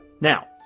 Now